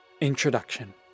Introduction